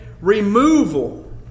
removal